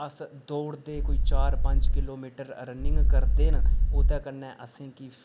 अस दौड़दे कोई चार पंज किलोमीटर रनिंग करदे न ओह्दे कन्नै असेंगी